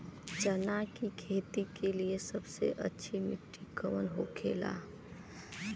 चना की खेती के लिए सबसे अच्छी मिट्टी कौन होखे ला?